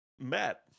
Matt